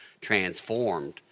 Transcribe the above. transformed